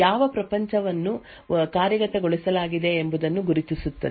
ಯಾವ ಪ್ರಪಂಚವನ್ನು ಕಾರ್ಯಗತಗೊಳಿಸಲಾಗಿದೆ ಎಂಬುದನ್ನು ಗುರುತಿಸುತ್ತದೆ